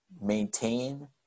maintain